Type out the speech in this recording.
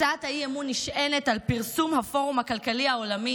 הצעת האי-אמון נשענת על פרסום הפורום הכלכלי העולמי